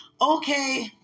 Okay